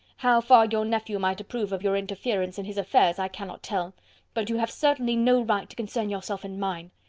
how far your nephew might approve of your interference in his affairs, i cannot tell but you have certainly no right to concern yourself in mine.